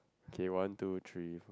okay one two three four